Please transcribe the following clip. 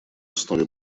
основе